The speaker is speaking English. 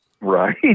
Right